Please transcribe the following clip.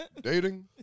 Dating